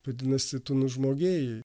vadinasi tu nužmogėjai